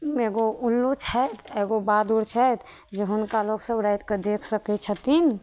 एगो उल्लू छथि एगो बादुर छथि जे हुनका लोक सब राति कऽ देख सकै छथिन